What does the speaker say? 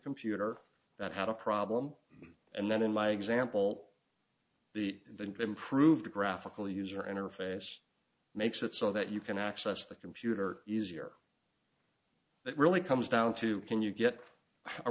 computer that had a problem and then in my example the the improved graphical user interface makes it so that you can access the computer easier it really comes down to can you get